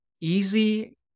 easy